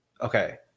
Okay